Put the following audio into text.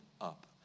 up